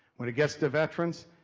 when it gets to veterans,